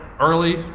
early